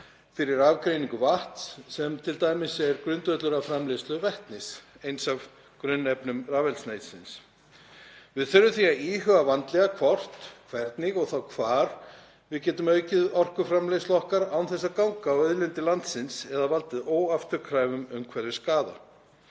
fyrir aðgreiningu vatns sem t.d. er grundvöllur að framleiðslu vetnis, eins af grunnefnum eldsneytisins. Við þurfum því að íhuga vandlega hvort, hvernig og þá hvar við getum aukið orkuframleiðslu okkar án þess að ganga á auðlindir landsins eða valdið óafturkræfum umhverfisskaða.